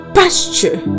pasture